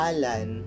Alan